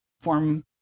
form